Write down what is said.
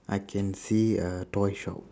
I can see a toy shop